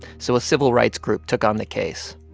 so a civil rights group took on the case.